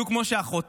בדיוק כמו שאחותי,